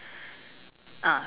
ah